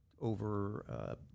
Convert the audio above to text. over